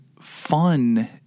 fun